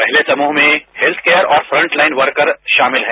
पहले समूह में हैल्थ केयर जौर फ्रंट लाइन वर्कर शामिल है